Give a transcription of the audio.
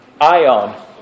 ion